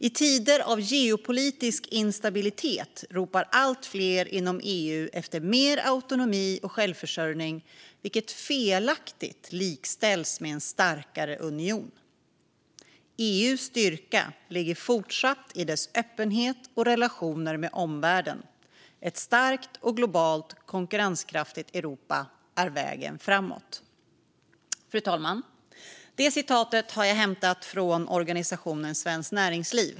I tider av geopolitisk instabilitet ropar allt fler inom EU efter mer autonomi och självförsörjning vilket felaktigt likställs med en starkare union. EU:s styrka ligger fortsatt i dess öppenhet och relationer med omvärlden - ett starkt och globalt konkurrenskraftigt Europa är vägen framåt." Fru talman! Citatet har jag hämtat från organisationen Svenskt Näringsliv.